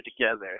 together